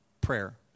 prayer